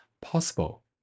possible